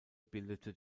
bildete